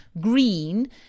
Green